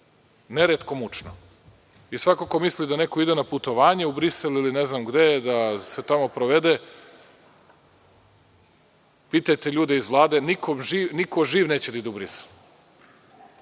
neretko mučno. Svako ko misli da neko ide na putovanje u Brisel, da se tamo provede, pitajte ljude iz Vlade, niko živ neće da ide u Brisel.